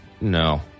No